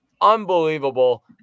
unbelievable